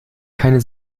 keine